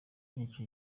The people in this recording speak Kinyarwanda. icyo